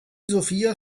sofia